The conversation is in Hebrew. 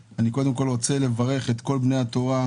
קודם כול אני רוצה לברך את כל בני התורה,